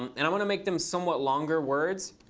um and i want to make them somewhat longer words.